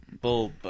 Bulb